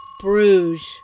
Bruges